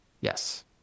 yes